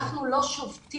אנחנו לא שובתים.